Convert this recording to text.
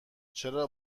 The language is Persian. چرا